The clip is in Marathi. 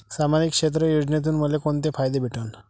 सामाजिक क्षेत्र योजनेतून मले कोंते फायदे भेटन?